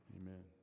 Amen